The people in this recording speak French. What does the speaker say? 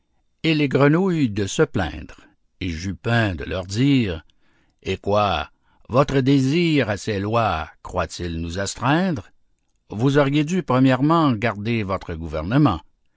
et grenouilles de se plaindre et jupin de leur dire eh quoi votre désir à ses lois croit-il nous astreindre vous avez dû premièrement garder votre gouvernement